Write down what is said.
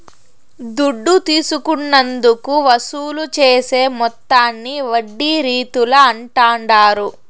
దుడ్డు తీసుకున్నందుకు వసూలు చేసే మొత్తాన్ని వడ్డీ రీతుల అంటాండారు